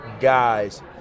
guys